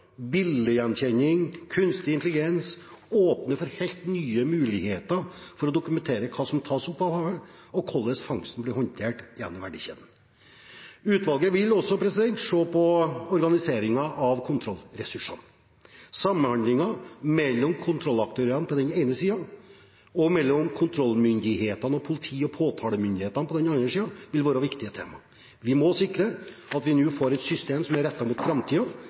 bildegjenkjenning og kunstig intelligens, åpner for helt nye muligheter for å dokumentere hva som tas opp av havet, og hvordan fangsten blir håndtert gjennom verdikjeden. Utvalget vil også se på organiseringen av kontrollressursene. Samhandlingen mellom kontrollaktørene på den ene siden og kontrollmyndighetene og politi- og påtalemyndighetene på den andre siden vil være viktige temaer. Vi må sikre at vi nå får et system som er rettet mot